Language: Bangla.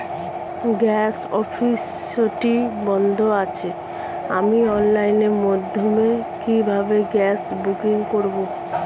গ্যাস অফিসটি বন্ধ আছে আমি অনলাইনের মাধ্যমে কিভাবে গ্যাস বুকিং করব?